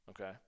okay